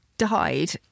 died